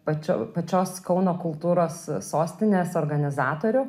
pačio pačios kauno kultūros sostinės organizatorių